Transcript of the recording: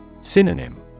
Synonym